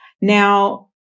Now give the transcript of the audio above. Now